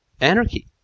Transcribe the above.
anarchy